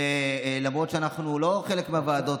למרות שאנחנו לא חלק מהוועדות.